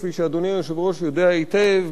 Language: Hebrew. כפי שאדוני היושב-ראש יודע היטב,